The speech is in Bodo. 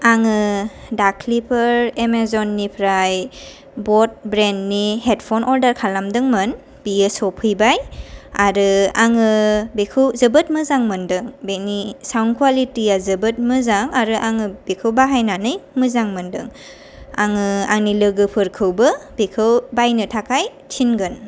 आङो दाख्लैफोर एमेजननिफ्राय बड ब्रेन्डनि हेडफन अर्डार खालामदोंमोन बेयो सौफैबाय आरो आङो बेखौ जोबोर मोजां मोनदों बेनि साउन्ड कवालिटीया जोबोद मोजां आरो आङो बेखौ बाहायनानै मोजां मोनदों आङो आंनि लोगोफोरखौबो बेखौ बायनो थाखाय थिनगोन